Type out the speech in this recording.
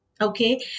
okay